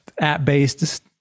app-based